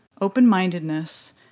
open-mindedness